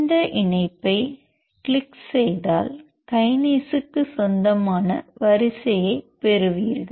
இந்த இணைப்பைக் கிளிக் செய்தால் கைனேஸுக்குச் சொந்தமான வரிசையைப் பெறுவீர்கள்